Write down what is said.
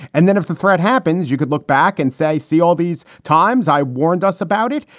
and then if the threat happens, you could look back and say, see, all these times i warned us about it.